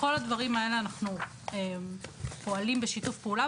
בכל הדברים האלה אנחנו פועלים בשיתוף פעולה,